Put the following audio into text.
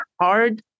hard